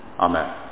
Amen